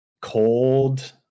cold